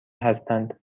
هستند